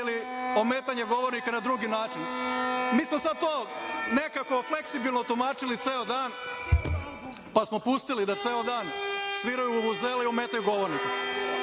ili ometanje govornika na drugi način. Mi smo sada to nekako fleksibilno tumačili ceo dan, pa smo pustili da ceo dan sviraju u vuvuzele i ometaju govornike,